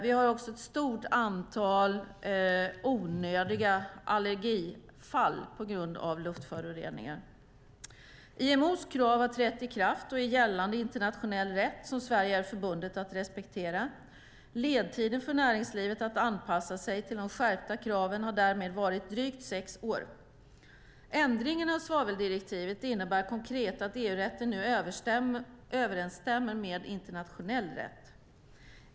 Vi har också ett stort antal onödiga allergifall på grund av luftföroreningar. IMO:s krav har trätt i kraft och är gällande internationell rätt, som Sverige är förbundet att respektera. Ledtiden för näringslivet att anpassa sig till de skärpta kraven har därmed varit drygt sex år. Ändringen av svaveldirektivet innebär konkret att EU-rätten nu överensstämmer med internationell rätt.